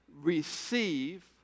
receive